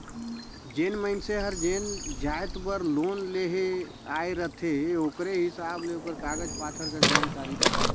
जेन मइनसे हर जेन जाएत बर लोन लेहे ले आए रहथे ओकरे हिसाब ले ओकर कागज पाथर कर जानकारी बताथे